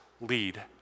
lead